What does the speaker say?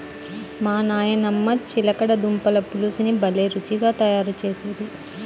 మా నాయనమ్మ చిలకడ దుంపల పులుసుని భలే రుచిగా తయారు చేసేది